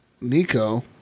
Nico